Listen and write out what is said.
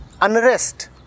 unrest